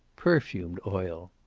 perfumed oil.